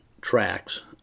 tracks